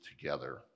together